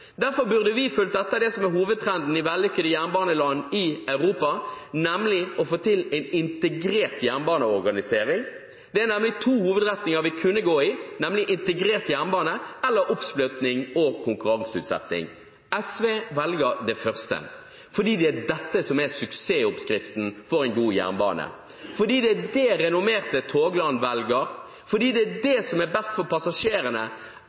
Derfor burde vi fulgt etter det som er hovedtrenden i vellykkede jernbaneland i Europa, nemlig å få til en integrert jernbaneorganisering. Det er nemlig to hovedretninger vi kunne gå i, nemlig integrert jernbane eller oppsplitting og konkurranseutsetting. SV velger det første, fordi det er det som er suksessoppskriften for en god jernbane, fordi det er det renommerte togland velger, fordi det er det som er best for passasjerene,